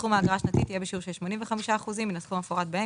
סכום האגרה השנתית יהיה בשיעור של 85% מן הסכום המפורט בהם,